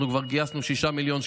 כבר גייסנו 6 מיליון שקלים.